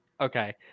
Okay